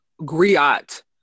griot